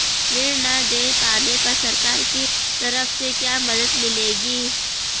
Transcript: ऋण न दें पाने पर सरकार की तरफ से क्या मदद मिलेगी?